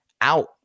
out